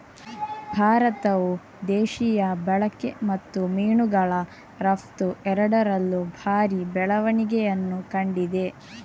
ಭಾರತವು ದೇಶೀಯ ಬಳಕೆ ಮತ್ತು ಮೀನುಗಳ ರಫ್ತು ಎರಡರಲ್ಲೂ ಭಾರಿ ಬೆಳವಣಿಗೆಯನ್ನು ಕಂಡಿದೆ